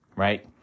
Right